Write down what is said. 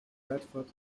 bradford